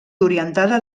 orientada